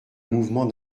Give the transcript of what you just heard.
mouvement